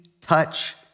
touch